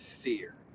fear